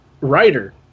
writer